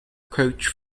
coach